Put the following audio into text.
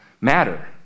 matter